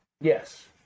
Yes